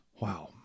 Wow